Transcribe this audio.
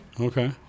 okay